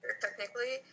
technically